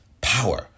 power